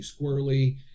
squirrely